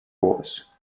course